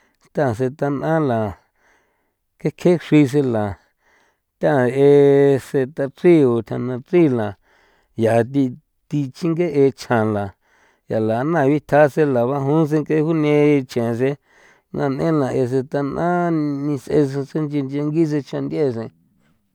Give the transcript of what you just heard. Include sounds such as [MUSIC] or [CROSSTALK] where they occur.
Tasen tanꞌan la ke kjexrin sen la ta ese tachri o tana chri la ya thi thi chingeꞌe chjan la ya lana bitasen la bajun sen ng'e gune chje sen na n'en la ese tana niseꞌe sen nchi nchi changi sen chanth'ie sen. [NOISE]